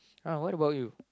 ah what about you